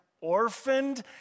orphaned